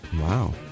Wow